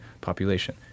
population